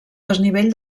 desnivell